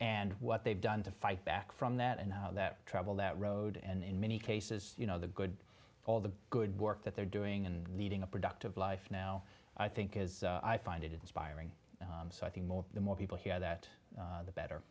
and what they've done to fight back from that and that travel that road and in many cases you know the good all the good work that they're doing and leading a productive life now i think is i find it inspiring so i think more the more people hear that the better